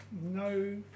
no